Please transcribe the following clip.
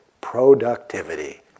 productivity